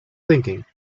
thinking